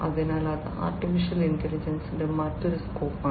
അതിനാൽ അത് AI യുടെ മറ്റൊരു സ്കോപ്പാണ്